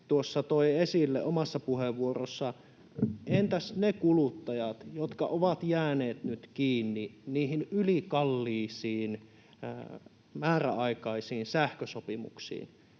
tuossa toi esille omassa puheenvuorossaan: entäs ne kuluttajat, jotka ovat jääneet nyt kiinni niihin ylikalliisiin, määräaikaisiin sähkösopimuksiin?